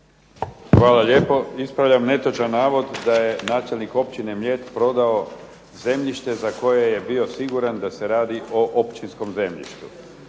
Hvala lijepo. Ispravljam netočan navod da je načelnik općine Mljet prodao zemljište za koje je bio siguran da se radi o općinskom zemljištu.